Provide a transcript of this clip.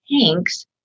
Hanks